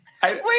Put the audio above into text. wait